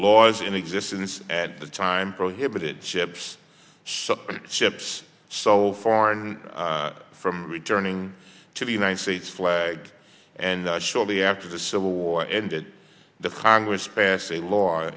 laws in existence at the time prohibited ships ships so foreign from returning to the united states flag and shortly after the civil war ended the congress passed a law